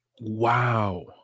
Wow